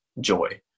joy